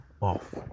off